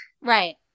Right